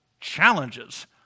challenges